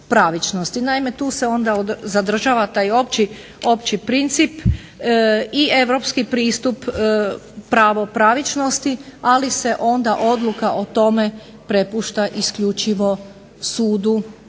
Naime tu se onda zadržava taj opći princip i europski pristup pravo pravičnosti, ali se onda odluka o tome prepušta isključivo sudu